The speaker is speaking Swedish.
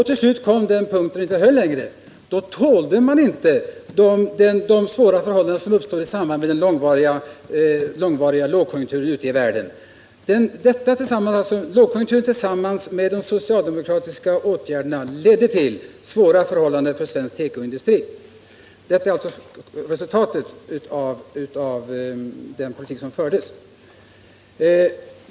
Till slut kom man till den punkt då det inte höll längre, då näringslivet inte tålde de svåra förhållanden som uppstod i samband med den långvariga lågkonjunkturen ute i världen. Lågkonjunkturen ledde tillsammans med de socialdemokratiska åtgärderna till svårigheter för svensk tekoindustri. Detta blev alltså resultatet av den politik som då fördes.